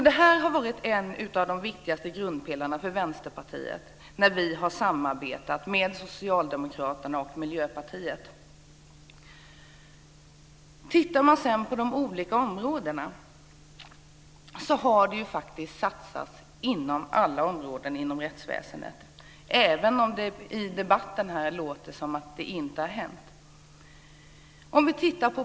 Det här har varit en av de viktigaste grundpelarna för Vänsterpartiet när vi har samarbetat med Socialdemokraterna och Miljöpartiet. Det har faktiskt satsats på alla områden inom rättsväsendet, även om det i debatten här låter som att det inte har skett.